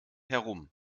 herum